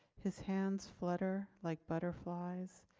his hands flutter like butterflies.